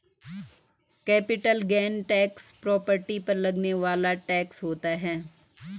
capital gain tax property पर लगने वाला टैक्स होता है